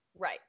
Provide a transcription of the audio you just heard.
Right